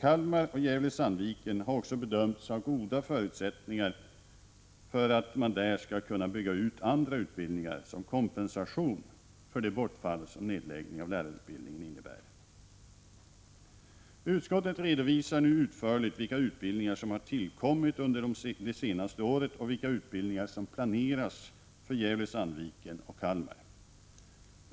Kalmar och Gävle-Sandviken har också bedömts vara orter, där man har goda förutsättningar att bygga ut andra utbildningar som kompensation för det bortfall nedläggningen av lärarutbildningen innebär. Utskottet redovisar utförligt vilka utbildningar som har kommit till under det senaste året och vilka utbildningar som planeras för Gävle-Sandviken och Kalmar.